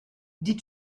die